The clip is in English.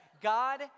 God